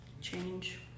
change